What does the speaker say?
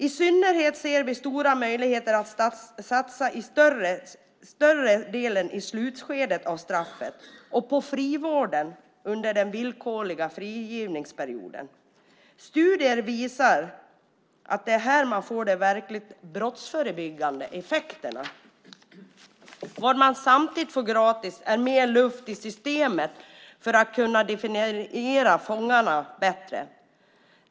I synnerhet ser vi stora möjligheter att satsa större delen i slutskedet av straffet och på frivården under den villkorliga frigivningsperioden. Studier visar att det är här man får de verkligt brottsförebyggande effekterna. Vad man samtidigt får gratis är mer luft i systemet för att kunna definiera fångarna bättre.